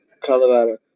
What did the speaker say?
Colorado